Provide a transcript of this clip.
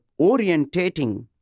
orientating